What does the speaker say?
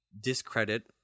discredit